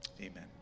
amen